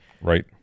Right